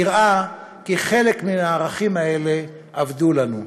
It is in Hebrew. נראה כי חלק מהערכים האלה אבדו לנו.